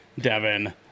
devin